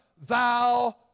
thou